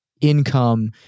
income